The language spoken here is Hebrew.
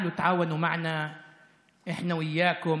(אומר דברים בשפה הערבית,